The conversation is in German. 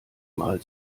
mal